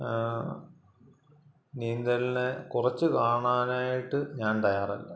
നീന്തലിനെ കുറച്ചുകാണാനായിട്ട് ഞാൻ തയ്യാറല്ല